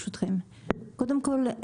קודם כול,